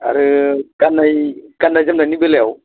आरो गान्नाय गान्नाय जोमनायनि बेलायाव